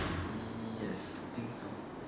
yes I think so